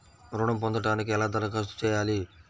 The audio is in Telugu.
ఋణం పొందటానికి ఎలా దరఖాస్తు చేయాలి?